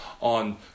on